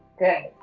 good,